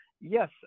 yes